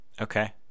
Okay